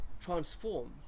transform